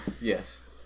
Yes